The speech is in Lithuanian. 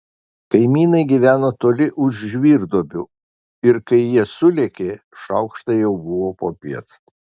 kaimynai gyveno toli už žvyrduobių ir kai jie sulėkė šaukštai jau buvo popiet